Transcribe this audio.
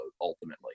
ultimately